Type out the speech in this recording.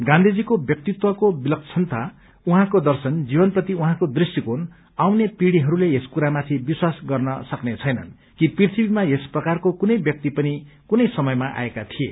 गाँधीजीको व्यक्तित्वको विलक्षणता उहाँको दर्शन जीवनप्रति उहाँको दृष्टिकोण आउने पीढ़िहरूले यस कुरामाथि विश्वास गर्न सैने छैनन् कि पृथ्वीमा यस प्रकारको कुनै व्यक्ति पनि कुनै समय आएका थिए